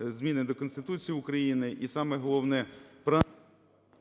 зміни до Конституції Україні, і саме головне…